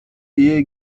ehe